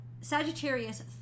sagittarius